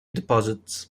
deposits